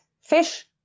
Fish